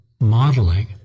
modeling